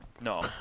No